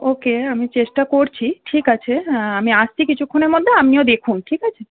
ওকে আমি চেষ্টা করছি ঠিক আছে আমি আসছি কিছুক্ষণের মধ্যে আপনিও দেখুন ঠিক আছে